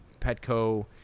Petco